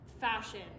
fashion